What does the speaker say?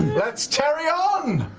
let's tary-on!